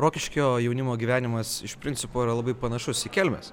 rokiškio jaunimo gyvenimas iš principo yra labai panašus į kelmės